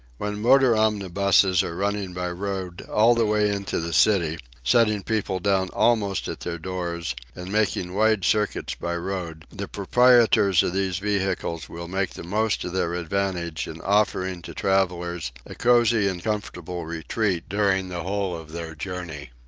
when motor-omnibuses are running by road all the way into the city, setting people down almost at their doors and making wide circuits by road, the proprietors of these vehicles will make the most of their advantages in offering to travellers a cosy and comfortable retreat during the whole of their journey.